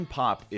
pop